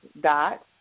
dot